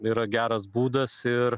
yra geras būdas ir